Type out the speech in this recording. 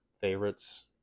favorites